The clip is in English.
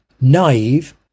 naive